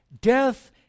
Death